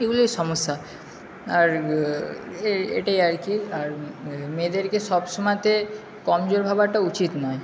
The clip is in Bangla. এগুলোই সমস্যা আর এটাই আর কি আর মেয়েদেরকে সবসময়ে কমজোর ভাবাটা উচিত নয়